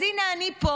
אז הינה, אני פה